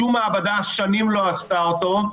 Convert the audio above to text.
שום מעבדה שנים לא עשתה אותו.